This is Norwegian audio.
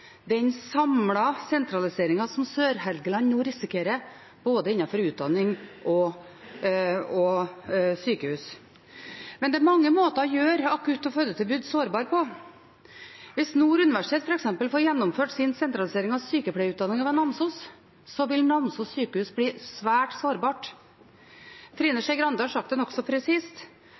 den samlede sentraliseringen som Sør-Helgeland nå risikerer, både innenfor utdanning og innenfor sykehus. Men det er mange måter å gjøre akutt- og fødetilbud sårbare på. Hvis Nord universitet f.eks. får gjennomført sin sentralisering av sykepleierutdanningen i Namsos, vil Namsos sykehus bli svært sårbart. Trine Skei Grande har sagt det nokså presist: